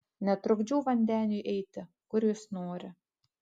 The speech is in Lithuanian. netrukdžiau vandeniui eiti kur jis nori